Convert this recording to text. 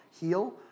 heal